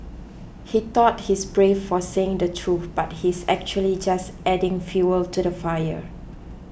he thought he's brave for saying the truth but he's actually just adding fuel to the fire